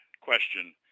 question